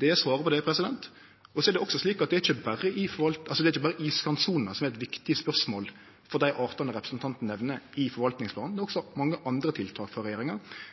Det er svaret på det. Det er også slik at det ikkje berre er iskantsona som er eit viktig spørsmål i forvaltingsplanen for dei artane representanten nemner, det har også vore mange andre tiltak frå regjeringa.